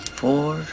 four